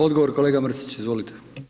Odgovor, kolega Mrsić, izvolite.